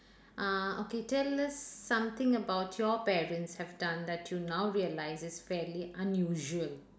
uh okay tell us something about your parents have done that you now realise is fairly unusual